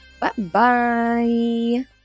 Bye-bye